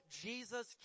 Jesus